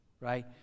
right